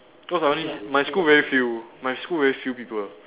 cause I only s~ my school very few my school very few people